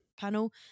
panel